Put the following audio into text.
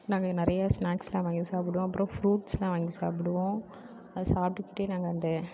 நாங்கள் நிறையா ஸ்னாக்ஸ்யெலாம் வாங்கி சாப்பிடுவோம் அப்புறம் ஃபுரூட்ஸ்யெலாம் வாங்கி சாப்பிடுவோம் அது சாப்பிட்டுகிட்டே நாங்கள் அந்த